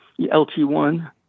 LT1